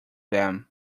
them